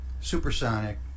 supersonic